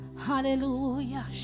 hallelujah